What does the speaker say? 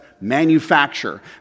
manufacture